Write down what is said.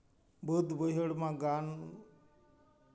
ᱵᱟᱹᱫᱽ ᱵᱟᱹᱭᱦᱟᱹᱲ ᱢᱟ ᱜᱟᱱ